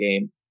game